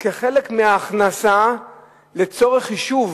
חלק מההכנסה לצורך חישוב